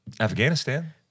Afghanistan